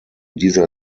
dieser